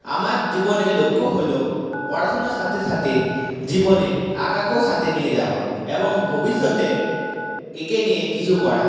আমার জীবনের লক্ষ্য হল পড়াশোনার সাথে সাথে জীবনে আঁকাকেও সাথে নিয়ে যাওয়া এবং ভবিষ্যতে একে নিয়ে কিছু করা